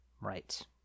Right